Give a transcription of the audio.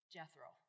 Jethro